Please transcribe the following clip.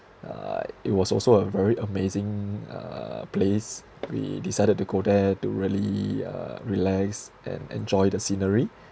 uh it was also a very amazing uh place we decided to go there to really uh relax and enjoy the scenery